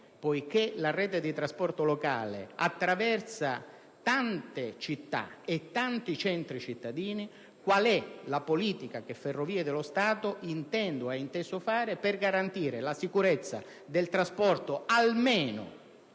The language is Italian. che la rete di trasporto locale attraversa tante città, tanti centri cittadini, dobbiamo capire qual è la politica che Ferrovie dello Stato intende o ha inteso applicare per garantire la sicurezza del trasporto, almeno